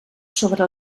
sobre